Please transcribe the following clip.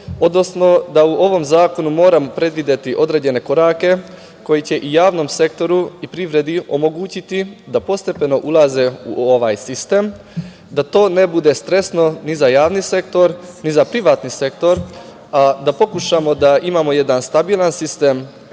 odnosno da u ovom zakonu moramo predvideti određene korake koji će javnom sektoru i privredi omogućiti da postepeno ulaze u ovaj sistem, da to ne bude stresno ni za javni sektor, ni za privatni sektor, da pokušamo da imamo jedan stabilan sistem,